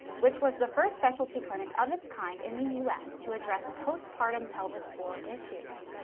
which was the first specialty clinic of its kind in the u s. to address postpartum pelvic floor issues.